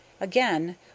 Again